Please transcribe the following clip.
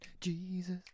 Jesus